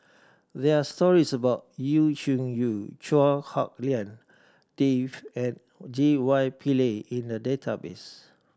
there're stories about Yu Zhuye Chua Hak Lien Dave and J Y Pillay in the database